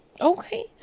Okay